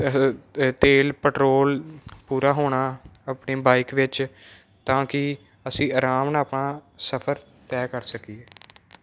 ਤੇਲ ਪੈਟਰੋਲ ਪੂਰਾ ਹੋਣਾ ਆਪਣੀ ਬਾਈਕ ਵਿੱਚ ਤਾਂ ਕਿ ਅਸੀਂ ਆਰਾਮ ਨਾਲ ਆਪਾਂ ਸਫਰ ਤੈਅ ਕਰ ਸਕੀਏ